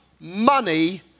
money